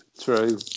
true